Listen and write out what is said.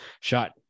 shot